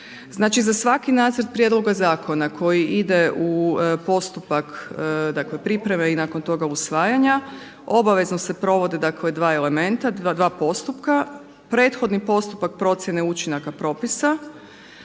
za svaki nacrt prijedloga zakona koji ide u postupak dakle pripreme i nakon toga usvajanja obavezno se provode dakle dva elementa, dva postupka. Prethodni postupak procjene učinaka propisa,